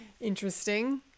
Interesting